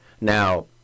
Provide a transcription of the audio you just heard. Now